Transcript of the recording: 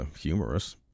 humorous